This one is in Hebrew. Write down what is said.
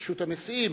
ברשות הנשיאים,